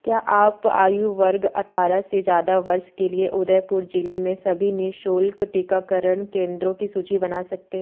क्या आप आयु वर्ग अठारह से ज़्यादा वर्ष के लिए उदयपुर ज़िले में सभी निःशुल्क टीकाकरण केंद्रों की सूची बना सकते हैं